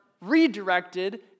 redirected